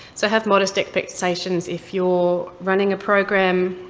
so have modest expectations. if you're running a program,